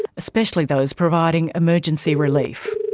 especially those providing emergency relief.